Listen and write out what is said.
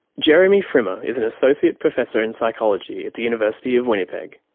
jeremy frimer is an associate professor in psychology at the university of winnipeg.